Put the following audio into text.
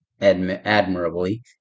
admirably